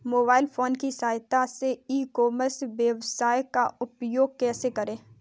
Mobile phone की सहायता से ई कॉमर्स वेबसाइट का उपयोग कैसे करें?